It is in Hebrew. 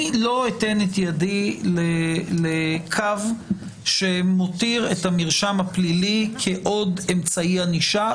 אבל אני לא אתן את ידי לקו שמותיר את המרשם הפלילי כעוד אמצעי ענישה,